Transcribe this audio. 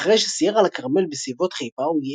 ואחרי שסייר על הכרמל בסביבות חיפה הוא